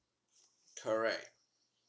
correct